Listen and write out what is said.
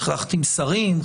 צריך להחתים שרים.